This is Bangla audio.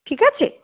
ঠিক আছে